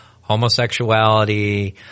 homosexuality